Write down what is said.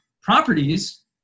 properties